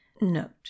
Note